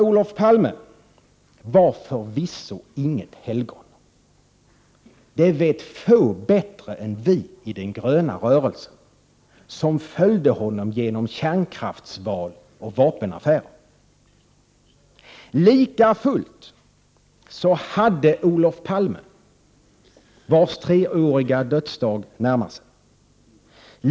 Olof Palme var förvisso inget helgon. Det vet få bättre än vi i den gröna rörelsen som följt honom genom kärnkraftsval och vapenaffärer. Det är nu snart tre år sedan han dog.